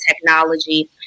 technology